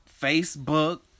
Facebook